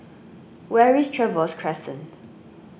where is Trevose Crescent